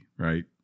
Right